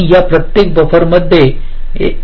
आणि या प्रत्येक बफर मध्ये ते ग्रीड चालवतात